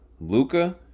luca